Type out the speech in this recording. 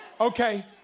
Okay